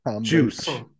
juice